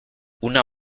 una